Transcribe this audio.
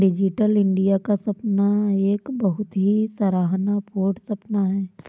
digital India का सपना एक बहुत ही सराहना पूर्ण सपना है